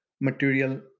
material